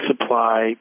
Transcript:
supply